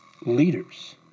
Leaders